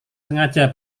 sengaja